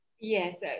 Yes